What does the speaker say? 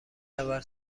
اول